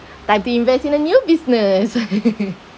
by being invest in a new business